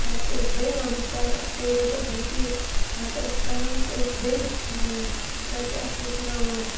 پَتہٕ چھِ أسۍ بیٚیہِ وَنان سَر اَسہِ کٔرِو حظ رِپیٖٹ پَتہٕ أسۍ کَران چھِ أسۍ بیٚیہِ سُہ پَتہٕ چھِ اَسہِ ہیٚچھناوان